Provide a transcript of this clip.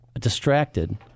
distracted